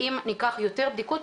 אם ניקח יותר בדיקות,